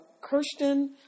Kirsten